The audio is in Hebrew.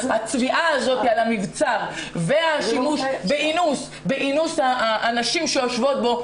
זה שצובאים על המבצר והשימוש באינוס הנשים שיושבות בו,